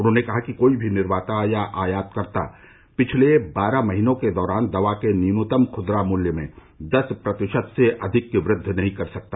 उन्होंने कहा कि कोई भी निर्माता या आयातकर्ता पिछले बारह महीनों के दौरान दवा के न्यूनतम खुदरा मूल्य में दस प्रतिशत से अधिक की वृद्दि नहीं कर सकता